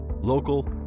Local